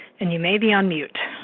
and you may be on mute.